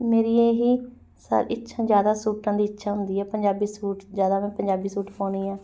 ਮੇਰੀ ਇਹ ਹੀ ਸਾਰੀ ਇੱਛਾ ਜ਼ਿਆਦਾ ਸੂਟਾਂ ਦੀ ਇੱਛਾ ਹੁੰਦੀ ਆ ਪੰਜਾਬੀ ਸੂਟ ਜ਼ਿਆਦਾ ਮੈਂ ਪੰਜਾਬੀ ਸੂਟ ਪਾਉਂਦੀ ਹਾਂ